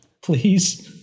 please